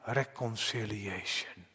reconciliation